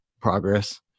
progress